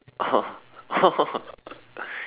oh oh